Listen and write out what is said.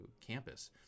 campus